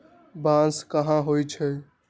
बांस कहाँ होई छई